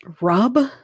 rub